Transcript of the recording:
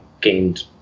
gained